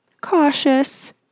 cautious